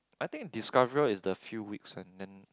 I think discover is the few weeks and then